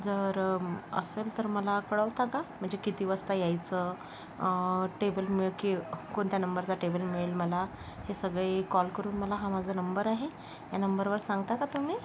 जर असेल तर मला कळवता का म्हणजे किती वाजता यायचं टेबल मिळेल की कोणत्या नंबरचा टेबल मिळेल मला हे सगळे कॉल करून मला हा माझा नंबर आहे या नंबरवर सांगता का तुम्ही